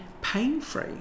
pain-free